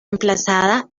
emplazada